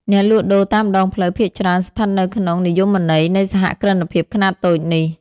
អ្នកលក់ដូរតាមដងផ្លូវភាគច្រើនស្ថិតនៅក្នុងនិយមន័យនៃសហគ្រិនភាពខ្នាតតូចនេះ ។